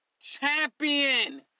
champion